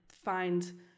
find